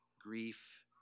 grief